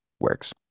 works